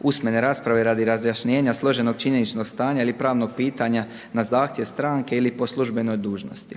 usmene rasprave radi razjašnjenja složenog činjeničnog stanja ili pravnog pitanja na zahtjev stranke ili po službenoj dužnosti.